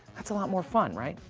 that's a lot more fun, right?